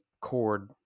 cord